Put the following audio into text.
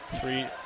three